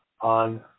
on